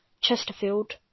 Chesterfield